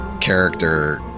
character